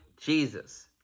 Jesus